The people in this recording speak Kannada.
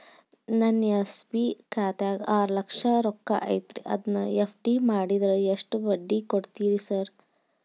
ನನ್ನ ಎಸ್.ಬಿ ಖಾತ್ಯಾಗ ಆರು ಲಕ್ಷ ರೊಕ್ಕ ಐತ್ರಿ ಅದನ್ನ ಎಫ್.ಡಿ ಮಾಡಿದ್ರ ಎಷ್ಟ ಬಡ್ಡಿ ಕೊಡ್ತೇರಿ ಸರ್?